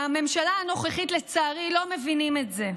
לצערי בממשלה הנוכחית לא מבינים את זה.